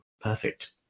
Perfect